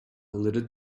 little